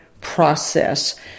process